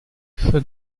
for